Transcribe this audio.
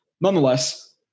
Nonetheless